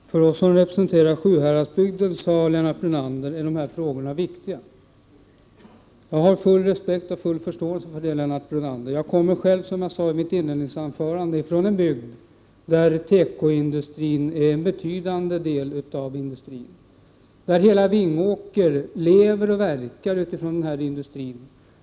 Herr talman! För oss som representerar Sjuhäradsbygden, sade Lennart Brunander, är dessa frågor viktiga. Jag har full respekt och full förståelse för det. Som jag sade i mitt inledningsanförande kommer jag själv från en bygd där tekoindustrin utgör en betydande del av näringen. Hela Vingåker lever och verkar utifrån tekoindustrin.